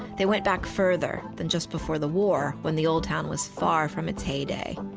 they went back further than just before the war when the old town was far from its heyday.